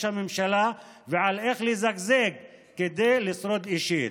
הממשלה ועל איך לזגזג כדי לשרוד אישית.